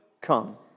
come